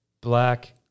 black